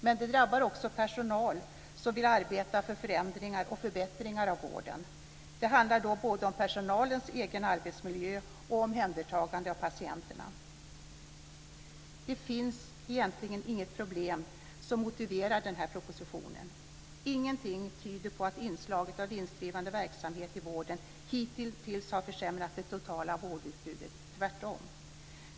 Men det drabbar också personal som vill arbeta för förändringar och förbättringar av vården. Det handlar då både om personalens egen arbetsmiljö och om omhändertagandet av patienterna. Det finns egentligen inte något problem som motiverar den här propositionen. Ingenting tyder på att inslaget av vinstdrivande verksamhet i vården hittills har försämrat det totala vårdutbudet - tvärtom.